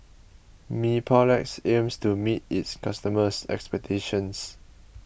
Mepilex aims to meet its customers' expectations